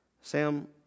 Sam